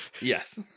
yes